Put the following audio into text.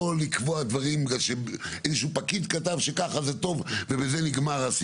הייתה בגלל כאלה שלא יכולים לקבל תעודת זהות איך שהם מגיעים.